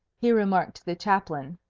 he remarked to the chaplain.